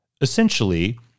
Essentially